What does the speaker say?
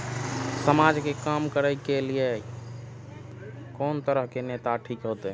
समाज के काम करें के ली ये कोन तरह के नेता ठीक होते?